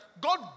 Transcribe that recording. God